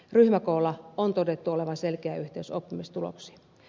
ryhmäkoolla on todettu olevan selkeä yhteys oppimistuloksiin